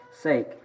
sake